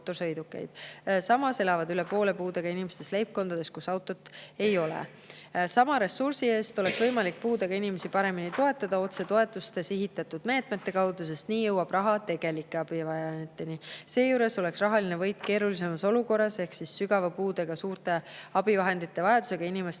mootorsõidukeid. Samas elab üle poole puudega inimestest leibkonnas, kus autot ei ole. Sama ressursi eest oleks võimalik puudega inimesi paremini toetada otsetoetuste sihitatud meetmete kaudu, sest nii jõuab raha tegelike abivajajateni. Seejuures oleks rahaline võit keerulisemas olukorras ehk sügava puudega inimeste jaoks, kelle vajadus abivahendite